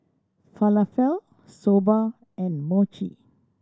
Falafel Soba and Mochi